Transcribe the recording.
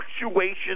fluctuations